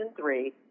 three